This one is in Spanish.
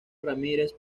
ramírez